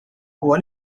huwa